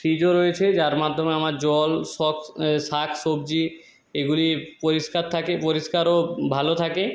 ফ্রিজও রয়েছে যার মাধ্যমে আমার জল সক শাক সবজি এগুলি পরিষ্কার থাকে পরিষ্কার ও ভালো থাকে